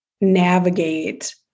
navigate